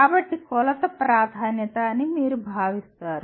కాబట్టి కొలత ప్రాధాన్యత అని మీరు భావిస్తారు